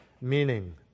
meaning